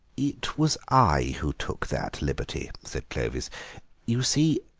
it was i who took that liberty, said clovis you see,